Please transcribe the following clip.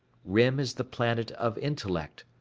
rym is the planet of intellect,